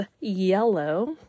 yellow